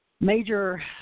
major